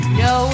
no